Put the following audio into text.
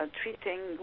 treating